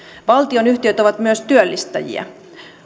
valtionyhtiöt ovat myös työllistäjiä